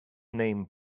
name